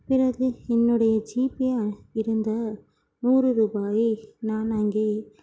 பிறகு என்னுடைய ஜீபே இருந்த நூறு ரூபாயை நான் அங்கே